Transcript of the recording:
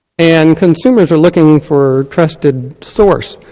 and consumers are looking for trusted sources.